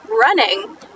running